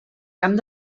camp